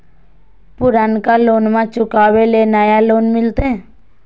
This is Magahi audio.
पुर्नका लोनमा चुकाबे ले नया लोन मिलते?